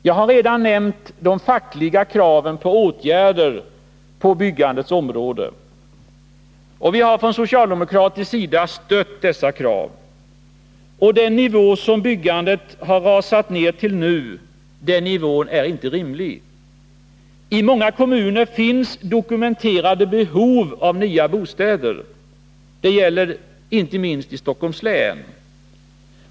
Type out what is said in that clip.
Jag har redan nämnt de fackliga kraven på åtgärder på byggandets område. Vi har från socialdemokratisk sida stött dessa krav. Den nivå som byggandet har rasat ned till nu är inte rimlig. I många kommuner finns dokumenterade behov av nya bostäder, och det gäller inte minst Stockholms län.